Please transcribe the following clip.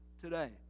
today